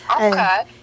Okay